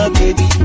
baby